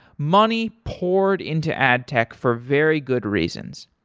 money poured into ad tech for very good reasons.